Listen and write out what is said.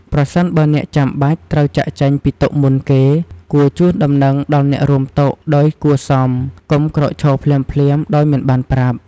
ប្រសិនបើអ្នកចាំបាច់ត្រូវចាកចេញពីតុមុនគេ គួរជូនដំណឹងដល់អ្នករួមតុដោយគួរសម កុំក្រោកឈរភ្លាមៗដោយមិនបានប្រាប់។